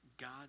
God